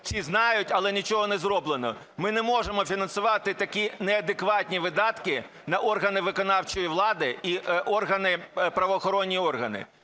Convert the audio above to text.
всі знають, але нічого не зроблено, ми не можемо фінансувати такі неадекватні видатки на органи виконавчої влади і органи, правоохоронні органи.